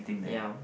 ya